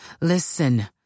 Listen